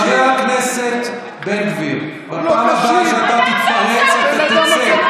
חבר הכנסת בן גביר, בפעם הבאה שאתה מתפרץ אתה תצא.